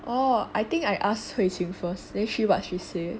oh I think I ask hui xing first then see what she say